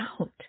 out